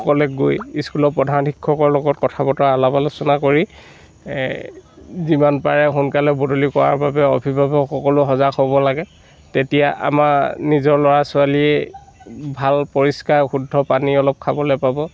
সকলে গৈ স্কুলৰ প্ৰধান শিক্ষকৰ লগত কথা বতৰা আলাপ আলোচনা কৰি যিমান পাৰে সোনকালে বদলি কৰাৰ বাবে অভিভাৱকসকলো সজাগ হ'ব লাগে তেতিয়া আমাৰ নিজৰ ল'ৰা ছোৱালীয়েই ভাল শুদ্ধ পৰিষ্কাৰ পানী অলপ খাবলৈ পাব